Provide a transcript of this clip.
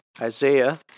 Isaiah